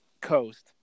coast